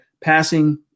passing